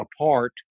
apart